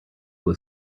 was